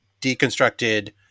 deconstructed